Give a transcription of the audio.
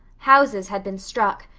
houses had been struck,